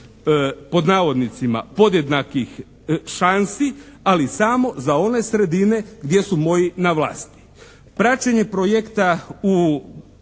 u logici "podjednakih šansi" ali samo za one sredine gdje su moji na vlasti. Praćenje projekta u